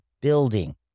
building